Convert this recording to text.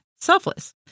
selfless